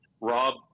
Rob